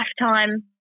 lifetime